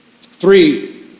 Three